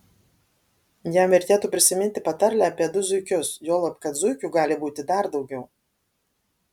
jam vertėtų prisiminti patarlę apie du zuikius juolab kad zuikių gali būti dar daugiau